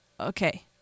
Okay